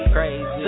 Crazy